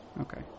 Okay